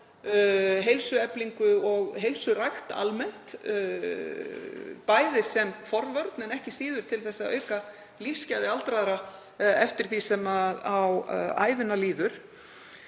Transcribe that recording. heilsueflingu og heilsurækt almennt, bæði sem forvörn en ekki síður til að auka lífsgæði aldraðra eftir því sem á ævina líður.